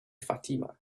fatima